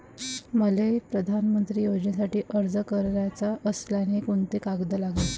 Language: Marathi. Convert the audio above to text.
मले पंतप्रधान योजनेसाठी अर्ज कराचा असल्याने कोंते कागद लागन?